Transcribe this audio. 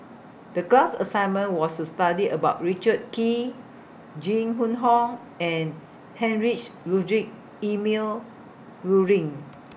The class assignment was to study about Richard Kee Jing Hun Hong and Heinrich Ludwig Emil Luering